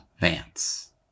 Vance